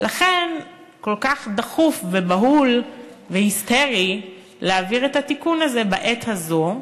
ולכן כל כך דחוף ובהול והיסטרי להעביר את התיקון הזה בעת הזו,